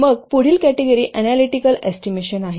मग पुढील category analytical estimation आहे